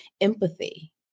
empathy